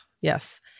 yes